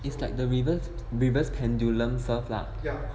it's like the reverse pendulum serve lah